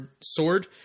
sword